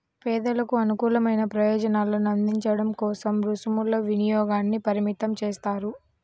పేదలకు అనుకూలమైన ప్రయోజనాలను అందించడం కోసం రుసుముల వినియోగాన్ని పరిమితం చేస్తారు